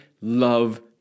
love